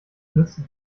liste